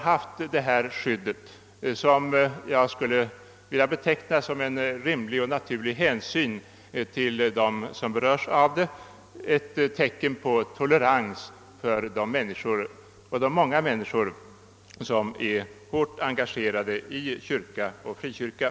Jag skulle vilja beteckna det skyddet som ett rimligt och naturligt hänsynstagande till de berörda, ett tecken på tolerans för de många människor som är engagerade i kyrka och frikyrka.